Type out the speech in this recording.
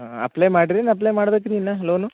apply ಮಾಡ್ರಿನ್ apply ಮಾಡ್ಬೇಕು ರೀ ಇನ್ನ ಲೋನು